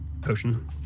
potion